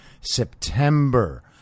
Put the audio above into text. September